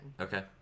Okay